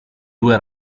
due